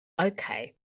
okay